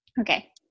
okay